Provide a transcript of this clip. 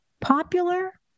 popular